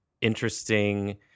interesting